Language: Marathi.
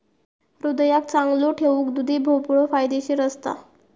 हृदयाक चांगलो ठेऊक दुधी भोपळो फायदेशीर असता